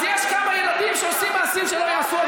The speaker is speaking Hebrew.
אז יש כמה ילדים שעושים מעשים שלא ייעשו.